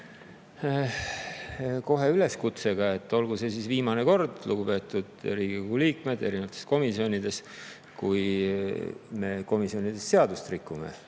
kohe üleskutsega. Olgu see viimane kord, lugupeetud Riigikogu liikmed erinevates komisjonides, kui me komisjonides seadust rikume.